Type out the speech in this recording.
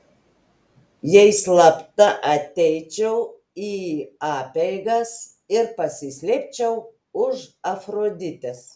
jei slapta ateičiau į apeigas ir pasislėpčiau už afroditės